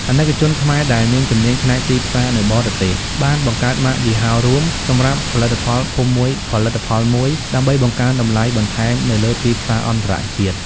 អាណិកជនខ្មែរដែលមានជំនាញផ្នែកទីផ្សារនៅបរទេស បានបង្កើត "ម៉ាកយីហោរួម" សម្រាប់ផលិតផលភូមិមួយផលិតផលមួយ ដើម្បីបង្កើនតម្លៃបន្ថែមនៅលើទីផ្សារអន្តរជាតិ។